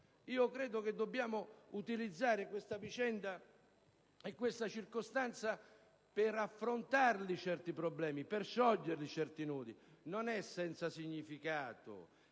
Credo che dobbiamo utilizzare questa vicenda e questa circostanza per affrontare certi problemi e per sciogliere certi nodi. Non è senza significato